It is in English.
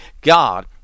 God